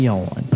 on